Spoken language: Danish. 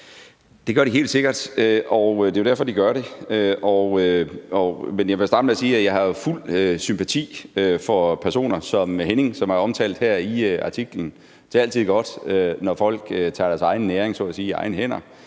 Det gør de helt sikkert, og det er jo derfor, de gør det. Men jeg vil starte med at sige, at jeg har fuld sympati for personer som Henning, som er omtalt her i artiklen. Det er altid godt, når folk tager deres egen næring så at sige